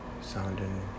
sounding